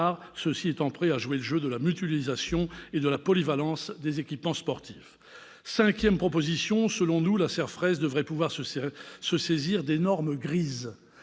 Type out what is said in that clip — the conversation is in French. car ils sont prêts à jouer le jeu de la mutualisation et de la polyvalence des équipements sportifs. Cinquième proposition : selon nous, la CERFRES devrait pouvoir se saisir des « normes grises